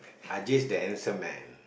Ajjis the handsome man